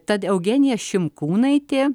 tad eugenija šimkūnaitė